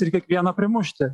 ir kiekvieną primušti